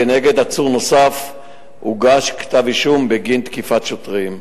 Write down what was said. כנגד עצור נוסף הוגש כתב-אישום בגין תקיפת שוטרים.